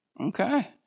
Okay